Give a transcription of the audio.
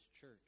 church